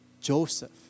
Joseph